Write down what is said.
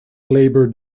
labour